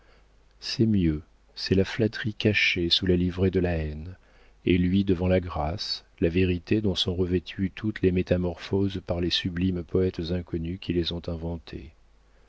c'est mieux c'est la flatterie cachée sous la livrée de la haine et lui devant la grâce la vérité dont sont revêtues toutes les métamorphoses par les sublimes poëtes inconnus qui les ont inventées